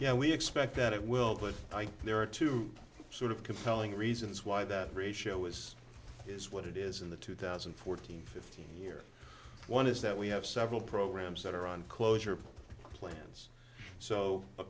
yeah we expect that it will but i think there are two sort of compelling reasons why that ratio is is what it is in the two thousand and fourteen fifteen year one is that we have several programs that are on closure plans so